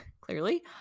clearly